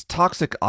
toxic